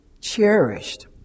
cherished